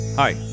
Hi